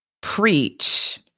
Preach